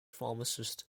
pharmacist